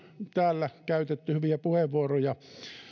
täällä on käytetty hyviä puheenvuoroja